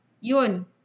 yun